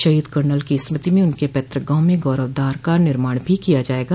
शहीद कर्नल स्मृति में उनके पैतृक गाँव में गौरव द्वार का निर्माण भी किया जायेगा